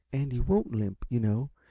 and you won't limp, you know,